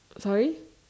sorry